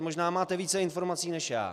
Možná máte více informací než já.